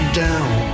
down